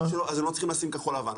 אז הם לא צריכים לשים כחול לבן.